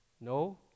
no